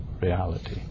reality